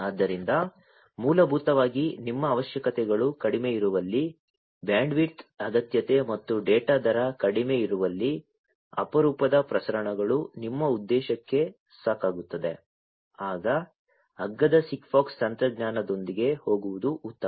ಆದ್ದರಿಂದ ಮೂಲಭೂತವಾಗಿ ನಿಮ್ಮ ಅವಶ್ಯಕತೆಗಳು ಕಡಿಮೆ ಇರುವಲ್ಲಿ ಬ್ಯಾಂಡ್ವಿಡ್ತ್ ಅಗತ್ಯತೆ ಮತ್ತು ಡೇಟಾ ದರ ಕಡಿಮೆ ಇರುವಲ್ಲಿ ಅಪರೂಪದ ಪ್ರಸರಣಗಳು ನಿಮ್ಮ ಉದ್ದೇಶಕ್ಕೆ ಸಾಕಾಗುತ್ತದೆ ಆಗ ಅಗ್ಗದ SIGFOX ತಂತ್ರಜ್ಞಾನದೊಂದಿಗೆ ಹೋಗುವುದು ಉತ್ತಮ